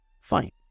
Fine